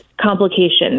complications